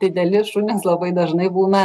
dideli šunys labai dažnai būna